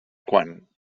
quan